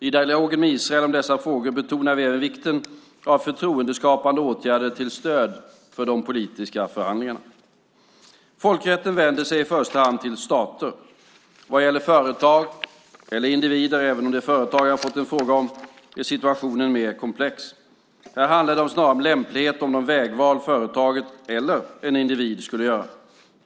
I dialogen med Israel om dessa frågor betonar vi även vikten av förtroendeskapande åtgärder till stöd för de politiska förhandlingarna. Folkrätten vänder sig i första hand till stater. Vad gäller företag eller individer - även om det är företag som jag fått en fråga om - är situationen mer komplex. Här handlar det snarare om lämplighet och om de vägval företaget eller en individ skulle göra.